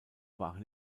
waren